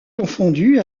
confondue